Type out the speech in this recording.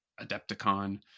Adepticon